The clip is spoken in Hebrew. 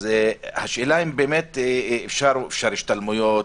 השאלה היא אם אפשר השתלמויות,